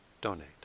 donate